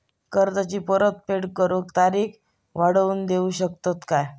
कर्जाची परत फेड करूक तारीख वाढवून देऊ शकतत काय?